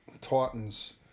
Titans